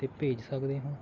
'ਤੇ ਭੇਜ ਸਕਦੇ ਹੋ